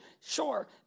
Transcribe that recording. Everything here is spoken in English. Sure